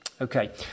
Okay